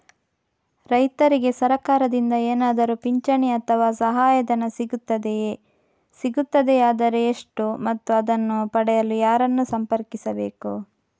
ರೈತರಿಗೆ ಸರಕಾರದಿಂದ ಏನಾದರೂ ಪಿಂಚಣಿ ಅಥವಾ ಸಹಾಯಧನ ಸಿಗುತ್ತದೆಯೇ, ಸಿಗುತ್ತದೆಯಾದರೆ ಎಷ್ಟು ಮತ್ತು ಅದನ್ನು ಪಡೆಯಲು ಯಾರನ್ನು ಸಂಪರ್ಕಿಸಬೇಕು?